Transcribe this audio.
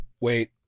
Wait